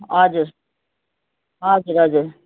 हजुर हजुर हजुर